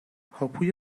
هاپوی